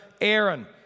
Aaron